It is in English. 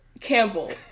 Campbell